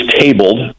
tabled